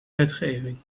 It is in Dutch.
wetgeving